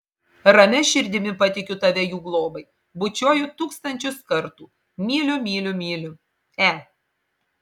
ramia širdimi patikiu tave jų globai bučiuoju tūkstančius kartų myliu myliu myliu e